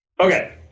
okay